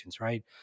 Right